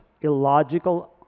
illogical